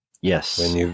Yes